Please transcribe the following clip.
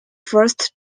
first